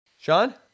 Sean